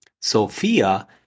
Sophia